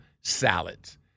salads